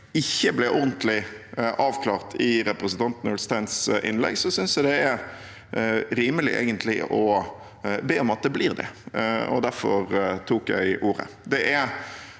ikke ble ordentlig avklart i representanten Ulsteins innlegg, synes jeg det er rimelig å be om at det blir det. Derfor tok jeg ordet.